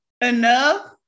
Enough